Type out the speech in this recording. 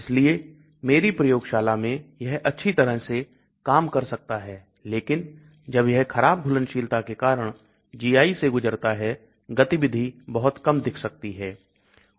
इसलिए मेरी प्रयोगशाला में यह अच्छी तरह से काम कर सकता है लेकिन जब यह खराब घुलनशीलता के कारण GI से गुजरता है गतिविधि बहुत कम दिख सकती है